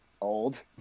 old